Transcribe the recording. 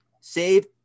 Save